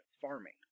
farming